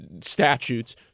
statutes